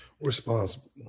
Responsible